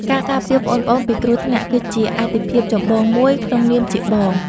ការការពារប្អូនៗពីគ្រោះថ្នាក់ គឺជាអាទិភាពចម្បងមួយក្នុងនាមជាបង។